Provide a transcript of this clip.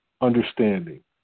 understanding